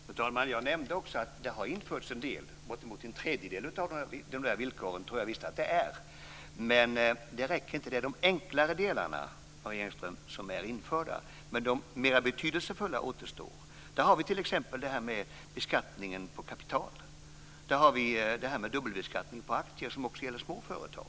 Fru talman! Jag nämnde också att det har införts en del - bortemot en tredjedel av villkoren tror jag visst att det är - men det räcker inte. Det är de enklare delarna, Marie Engström, som är införda. De mera betydelsefulla återstår. Där har vi t.ex. det här med beskattningen på kapital och dubbelbeskattningen på aktier, vilket också gäller små företag.